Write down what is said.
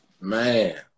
Man